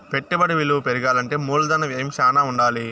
పెట్టుబడి విలువ పెరగాలంటే మూలధన వ్యయం శ్యానా ఉండాలి